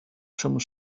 some